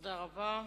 תודה רבה.